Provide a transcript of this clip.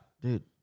Dude